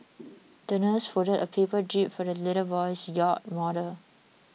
the nurse folded a paper jib for the little boy's yacht model